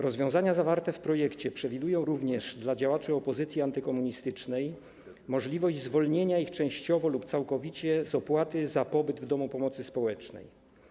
Rozwiązania zawarte w projekcie przewidują również dla działaczy opozycji antykomunistycznej możliwość zwolnienia ich częściowo lub całkowicie z opłaty za pobyt w domu pomocy społecznej.